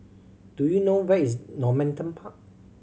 do you know where is Normanton Park